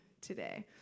today